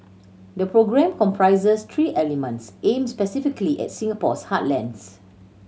the programme comprises three elements aimed specifically at Singapore's heartlands